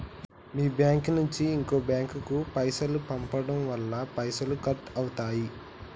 మీ bank నుంచి ఇంకో bank కు పైసలు పంపడం వల్ల పైసలు కట్ అవుతయా?